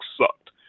sucked